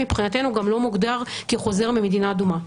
מבחינתנו הוא גם לא מוגדר כחוזר ממדינה אדומה.